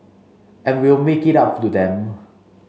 and we'll make it up to them